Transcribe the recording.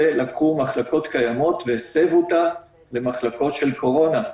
לקחו מחלקות קיימות והסבו אותן למחלקות של קורונה.